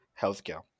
healthcare